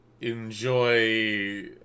enjoy